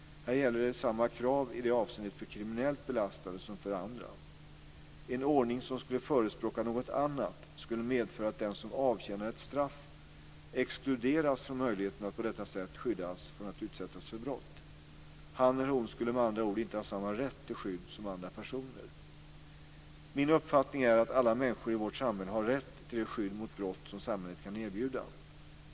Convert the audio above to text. Här gäller samma krav i det avseendet för kriminellt belastade som för andra. En ordning som skulle förespråka något annat skulle medföra att den som avtjänar ett straff exkluderas från möjligheten att på detta sätt skyddas från att utsättas för brott. Han eller hon skulle med andra ord inte ha samma rätt till skydd som andra personer. Min uppfattning är att alla människor i vårt samhälle har rätt till det skydd mot brott som samhället kan erbjuda.